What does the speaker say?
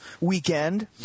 weekend